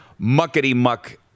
muckety-muck